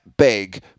Big